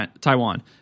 Taiwan